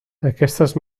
aquestes